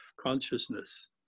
consciousness